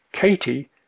Katie